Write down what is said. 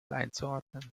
einzuordnen